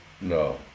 No